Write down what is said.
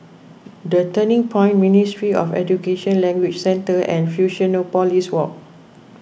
the Turning Point Ministry of Education Language Centre and Fusionopolis Walk